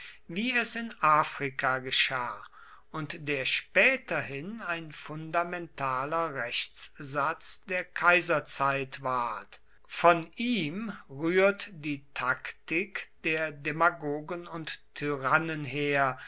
wie es in afrika geschah und der späterhin ein fundamentaler rechtssatz der kaiserzeit ward von ihm rührt die taktik der demagogen und tyrannen her